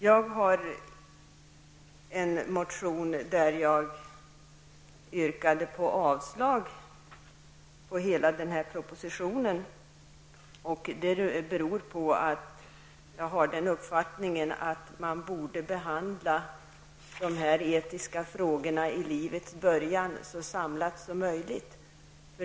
Jag har i en motion yrkat avslag på hela propositionen. Det beror på att jag har den uppfattningen, att man borde behandla de etiska frågorna om livets början så samlat som möjligt.